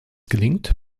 gelingt